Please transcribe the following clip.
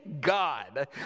God